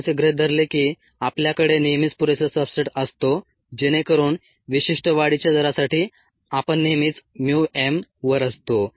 आपण असे गृहीत धरले की आपल्याकडे नेहमीच पुरेसा सब्सट्रेट असतो जेणेकरून विशिष्ट वाढीच्या दरासाठी आपण नेहमीच mu m वर असतो